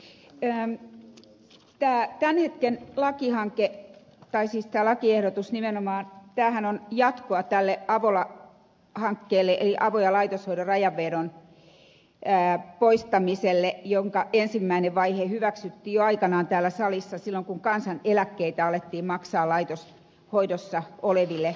tämä tämän hetken lakihankehan tai siis lakiehdotus nimenomaan on jatkoa tälle avola hankkeelle eli avo ja laitoshoidon rajanvedon poistamiselle jonka ensimmäinen vaihe hyväksyttiin jo aikanaan täällä salissa silloin kun kansaneläkkeitä alettiin maksaa laitoshoidossa oleville potilaille